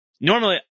normally